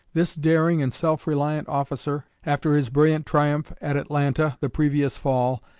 this daring and self-reliant officer, after his brilliant triumph at atlanta the previous fall,